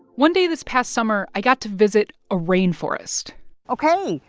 one day this past summer, i got to visit a rainforest ok.